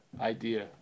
idea